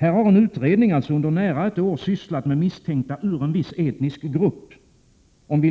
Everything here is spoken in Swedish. Här har en utredning under nära ett år sysslat med misstänkta ur en viss etnisk grupp, som